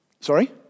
Sorry